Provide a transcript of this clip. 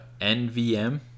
NVM